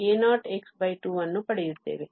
ಆದ್ದರಿಂದ ನಾವು a0x2 ಅನ್ನು ಪಡೆಯುತ್ತೇವೆ